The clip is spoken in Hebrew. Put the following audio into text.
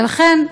ולכן,